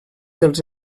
dels